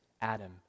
Adam